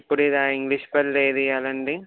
ఇప్పుడు ఇదా ఇంగ్లీష్ బదులు ఏమి ఇయ్యాలండి